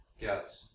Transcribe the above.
get